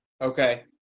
Okay